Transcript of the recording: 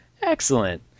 Excellent